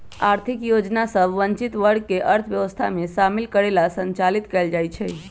आर्थिक योजना सभ वंचित वर्ग के अर्थव्यवस्था में शामिल करे लेल संचालित कएल जाइ छइ